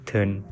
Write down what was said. Turn